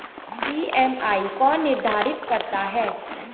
EMI कौन निर्धारित करता है?